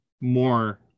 more